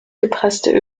gepresste